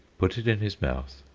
put it in his mouth,